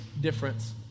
difference